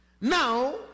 Now